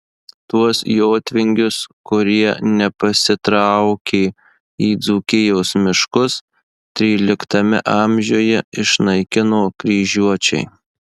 tuos jotvingius kurie nepasitraukė į dzūkijos miškus tryliktame amžiuje išnaikino kryžiuočiai